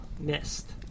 mist